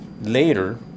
later